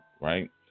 right